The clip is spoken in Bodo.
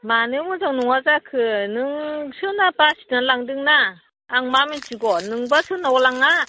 मानो मोजां नङा जाखो नोंसो ना बासिना लांदोंना आं मा मिथिगौ नोंबा सोरनाव लाङा